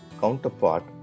counterpart